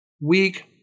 Weak